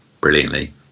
brilliantly